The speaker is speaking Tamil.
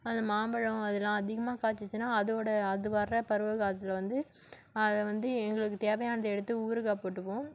அந்த மாம்பழம் அதெலாம் அதிகமாக காய்ச்சிச்சுனா அதோட அது வர்ற பருவகாலத்தில் வந்து அதை வந்து எங்களுக்கு தேவையானது எடுத்து ஊறுகாய் போட்டுப்போம்